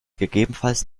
gegebenenfalls